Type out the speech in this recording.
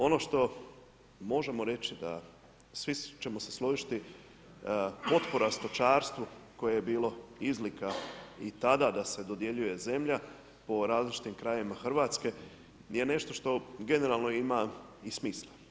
Ono što možemo reći da, svi ćemo se složiti potpora stočarstvu koje je bilo izlika i tada da se dodjeljuje zemlja po različitim krajevima Hrvatske je nešto što generalno ima i smisla.